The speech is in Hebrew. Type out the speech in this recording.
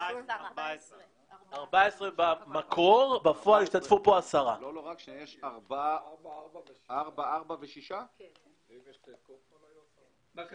14. בפועל השתתפו 10. לא